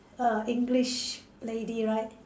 English lady right